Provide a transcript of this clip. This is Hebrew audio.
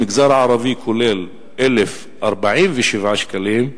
במגזר הערבי הכולל, 1,047 שקלים,